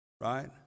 Right